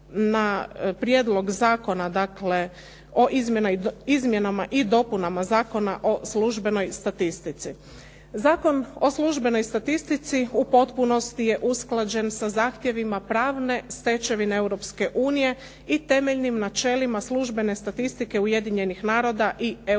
na Prijedlog zakona o izmjenama i dopunama Zakona o službenoj statistici. Zakon o službenoj statistici u potpunosti je usklađen sa zahtjevima pravne stečevine Europske unije i temeljnim načelima službene statistike Ujedinjenih naroda i